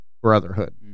brotherhood